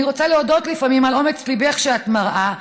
אני רוצה להודות לפעמים על אומץ הלב שאת מראה,